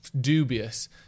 dubious